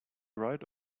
right